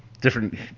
different